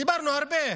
דיברנו הרבה,